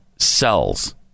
cells